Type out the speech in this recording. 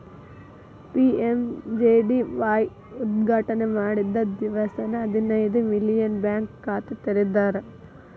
PMJDY ಉದ್ಘಾಟನೆ ಮಾಡಿದ್ದ ದಿವ್ಸಾನೆ ಹದಿನೈದು ಮಿಲಿಯನ್ ಬ್ಯಾಂಕ್ ಖಾತೆ ತೆರದಾರ್